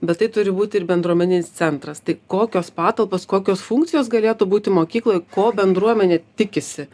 bet tai turi būti ir bendruomeninis centras tai kokios patalpos kokios funkcijos galėtų būti mokykloj ko bendruomenė tikisi